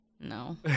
No